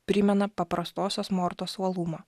primena paprastosios mortos uolumą